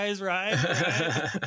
right